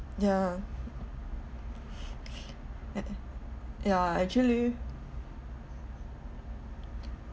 ya ya actually